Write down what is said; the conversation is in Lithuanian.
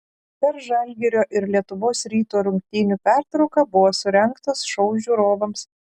per žalgirio ir lietuvos ryto rungtynių pertrauką buvo surengtas šou žiūrovams